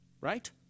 right